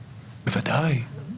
בוודאי.